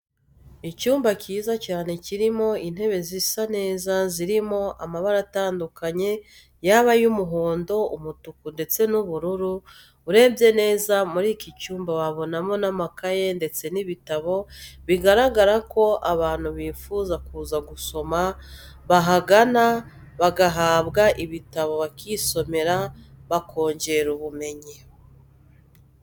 Icyumba kiza cyane kirimo intebe zisa neza zirimo amabara atandukanye, yaba ay'umuhondo, umutuku ndetse n'ubururu, urebye neza muri iki cyumba wabonamo n'amakaye ndetse n'ibitabo bigaragara ko abantu bifuza kuza gusoma bahagana bagahabwa ibitabo bakisomera bakongera ubumenyi.